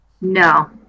no